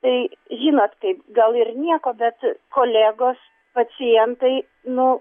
tai žinot kaip gal ir nieko bet kolegos pacientai nu